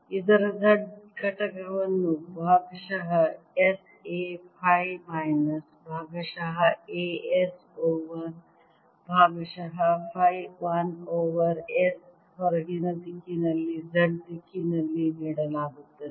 ಇದರ z ಘಟಕವನ್ನು ಭಾಗಶಃ s A ಫೈ ಮೈನಸ್ ಭಾಗಶಃ A s ಓವರ್ ಭಾಗಶಃ ಫೈ 1 ಓವರ್ s ಹೊರಗಿನ ದಿಕ್ಕಿನಲ್ಲಿ z ದಿಕ್ಕಿನಲ್ಲಿ ನೀಡಲಾಗುತ್ತದೆ